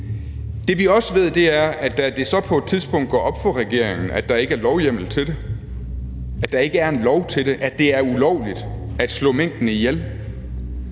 Det, vi også ved, er, at da det så på et tidspunkt går op for regeringen, at der ikke er lovhjemmel til det – at der ikke er en lov til det, at det er ulovligt at slå minkene ihjel